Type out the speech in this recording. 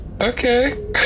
Okay